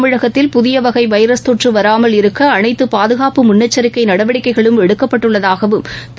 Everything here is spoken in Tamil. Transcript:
தமிழகத்தில் புதிய வகை வைரஸ் தொற்று வராமல் இருக்க அனைத்து பாதுகாப்பு முன்னெச்சிக்கை நடவடிக்கைகளும் எடுக்கப்பட்டுள்ளதாகவும் திரு